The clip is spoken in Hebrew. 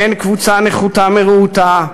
אין קבוצה נחותה מרעותה,